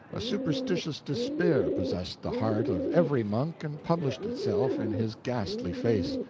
a superstitious despair possessed the heart of every monk and published itself in his ghastly face.